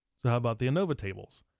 so how about the anova tables?